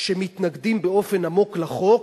שמתנגדים באופן עמוק לחוק.